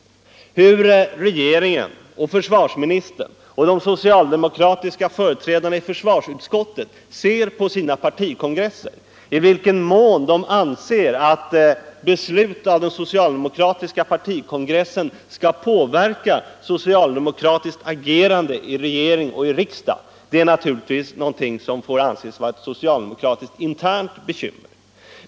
Hur regeringen, försvarsministern och de socialdemokratiska företrädarna i försvarsutskottet ser på sin partikongress och i vilken mån de anser att beslut av kongressen skall påverka socialdemokratiskt agerande inom regeringen och riksdagen får naturligtvis anses vara ett socialdemokratiskt, internt bekymmer.